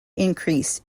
increase